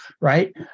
Right